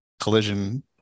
collision